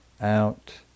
out